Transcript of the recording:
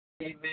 Amen